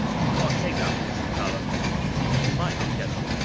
he can't take that punch from paulo costa because he he might not get up.